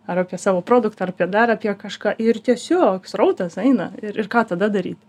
ar apie savo produktą ar dar apie kažką ir tiesiog srautas eina ir ir ką tada daryt